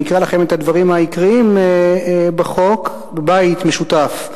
אני אקרא לכם את הדברים העיקריים בחוק: "בבית משותף,